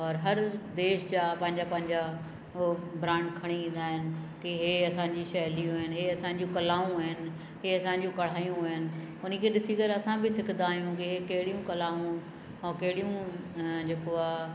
और हर देश जा पंहिंजा पंहिंजा उहो ब्रांड खणी ईंदा आहिनि की इहे असांजी शैलियूं आहिनि इहे असां जूं कलाऊं आहिनि इहे असां जूं कढ़ायूं आहिनि उने खे ॾिसी करे असां बि सिखंदा आहियूं की कहिड़ियूं कलाऊं ऐं कहिड़ियूं जेको आहे